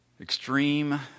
Extreme